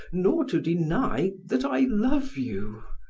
nor to deny that i love you.